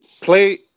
play